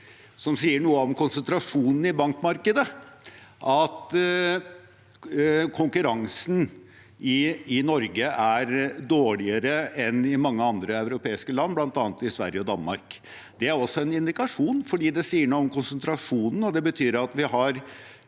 som sier noe om konsentrasjonen i bankmarkedet, at konkurransen i Norge er dårligere enn i mange andre europeiske land, bl.a. i Sverige og Danmark. Det er også en indikasjon, for det sier noe om konsentrasjonen, og det betyr at vi har